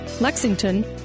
Lexington